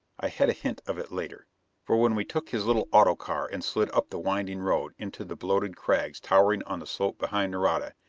i had a hint of it later for when we took his little autocar and slid up the winding road into the bloated crags towering on the slope behind nareda,